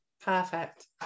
perfect